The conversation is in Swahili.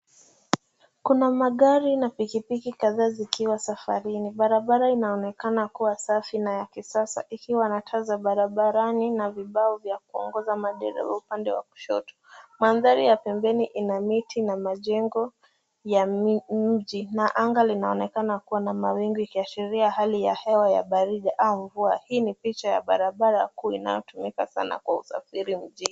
Kuna magari na pikipiki kadhaa zikiwa safarini. Barabara inaonekana kuwa safi na ya kisasa ikiwa na taa za barabarani na vibao vya kuongoza madereva upande wa kushoto. Mandhari ya pembeni ina miti na majengo ya mji na anga linaonekana kuwa na mawingu ikiashiria hali ya hewa ya baridi au mvua. Hii ni picha ya barabara kuu inayotumika sana kwa usafiri mjini.